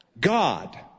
God